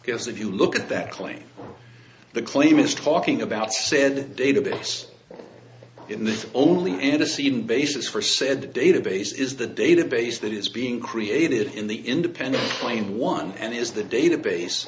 because if you look at that claim the claim is talking about said database in the only antecedent basis for said the database is the database that is being created in the independent mind one and is the database